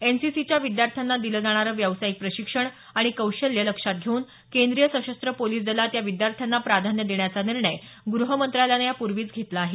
एनसीसीच्या विद्यार्थ्यांना दिलं जाणारं व्यवसायिक प्रशिक्षण आणि कौशल्य लक्षात घेऊन केंद्रीय सशस्त्र पोलिस दलात या विद्यार्थ्यांना प्राधान्य देण्याचा निर्णय गृह मंत्रालयानं यापूर्वीच घेतला आहे